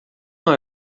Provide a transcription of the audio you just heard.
não